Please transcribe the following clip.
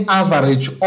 average